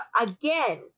again